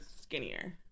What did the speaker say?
skinnier